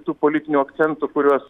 tų politinių akcentų kuriuos